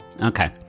Okay